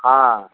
हाँ